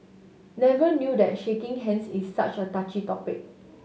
never knew that shaking hands is such a touchy topic